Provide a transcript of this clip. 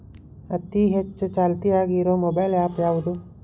ಅತಿ ಹೆಚ್ಚ ಚಾಲ್ತಿಯಾಗ ಇರು ಮೊಬೈಲ್ ಆ್ಯಪ್ ಯಾವುದು?